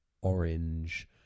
Orange